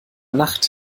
nacht